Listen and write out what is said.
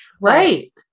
Right